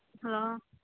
hello